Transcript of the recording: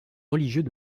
religieux